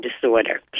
disorder